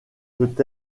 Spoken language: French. peut